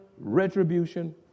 retribution